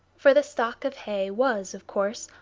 for the stock of hay was, of course,